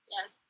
Yes